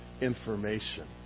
information